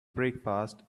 breakfast